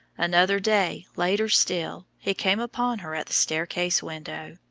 another day, later still, he came upon her at the staircase window.